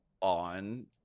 On